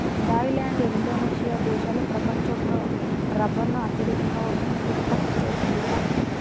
Thai land, Indonesia దేశాలు ప్రపంచంలో రబ్బరును అత్యధికంగా ఉత్పత్తి చేస్తున్నాయి